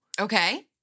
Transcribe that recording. Okay